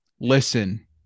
Listen